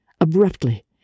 abruptly